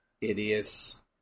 Idiots